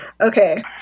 okay